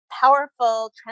powerful